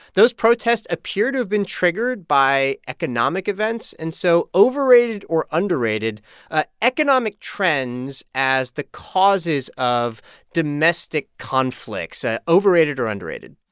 those protests appear to have been triggered by economic events. and so overrated or underrated ah economic trends as the causes of domestic conflicts ah overrated or underrated?